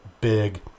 big